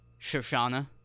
Shoshana